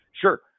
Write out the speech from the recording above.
Sure